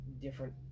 different